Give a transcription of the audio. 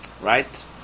Right